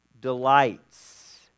delights